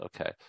okay